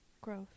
Growth